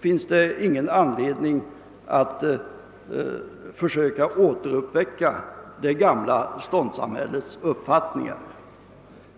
finns det ingen anledning att försöka återuppväcka det gamla ståndssamhällets uppfattningar.